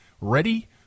Ready